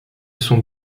son